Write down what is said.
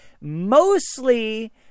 mostly